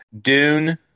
Dune